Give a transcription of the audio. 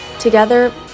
Together